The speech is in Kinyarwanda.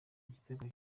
igitego